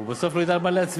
הוא בסוף לא ידע על מה להצביע.